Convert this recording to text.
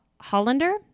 hollander